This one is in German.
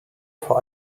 vor